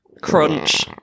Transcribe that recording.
Crunch